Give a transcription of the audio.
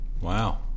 Wow